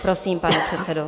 Prosím, pane předsedo.